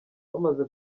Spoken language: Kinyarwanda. bamaze